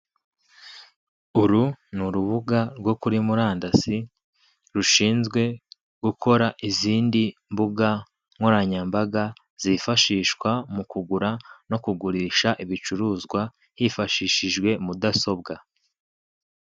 Uru ni urubuga rwo kuri murandasi, rushinzwe gukora izindi mbuga nkoranyambaga zifashishwa mu kugura no kugurisha ibicuruzwa hifashishijwe mudasobwa.